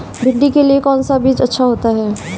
भिंडी के लिए कौन सा बीज अच्छा होता है?